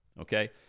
okay